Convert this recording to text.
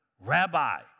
Rabbi